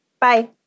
Bye